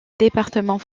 département